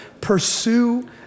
pursue